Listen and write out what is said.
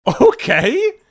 Okay